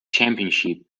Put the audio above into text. championship